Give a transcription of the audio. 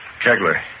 Kegler